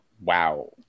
wow